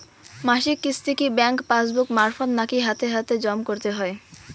মাসিক কিস্তি কি ব্যাংক পাসবুক মারফত নাকি হাতে হাতেজম করতে হয়?